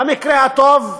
במקרה הטוב,